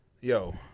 Yo